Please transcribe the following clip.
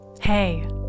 Hey